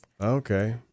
Okay